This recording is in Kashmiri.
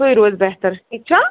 سوٗے روزِ بہتر ٹھیٖک چھا